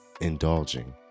indulging